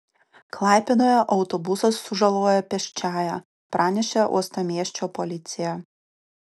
klaipėdoje autobusas sužalojo pėsčiąją pranešė uostamiesčio policija